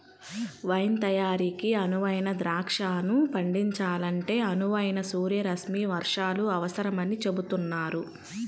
wine తయారీకి అనువైన ద్రాక్షను పండించాలంటే అనువైన సూర్యరశ్మి వర్షాలు అవసరమని చెబుతున్నారు